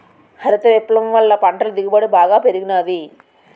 హరిత విప్లవం వల్ల పంటల దిగుబడి బాగా పెరిగినాది